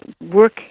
work